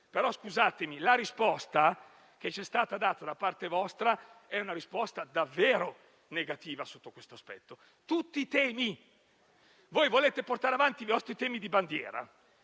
Però, scusatemi, la risposta che ci è stata data da parte vostra è davvero negativa sotto questo aspetto. Voi volete portare avanti i vostri temi di bandiera.